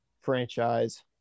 franchise